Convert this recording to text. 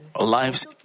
lives